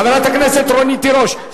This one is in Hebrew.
חברת הכנסת רונית תירוש,